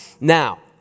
Now